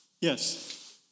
Yes